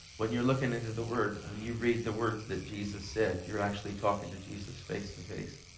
when you're looking into the word and you read the words that jesus said, you're actually talking to jesus face-to-face.